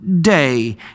day